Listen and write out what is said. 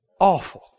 Awful